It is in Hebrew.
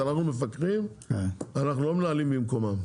אנחנו מפקחים, אנחנו לא מנהלים במקומם.